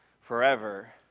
forever